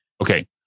Okay